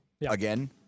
Again